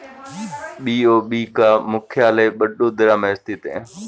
BOB का मुख्यालय बड़ोदरा में स्थित है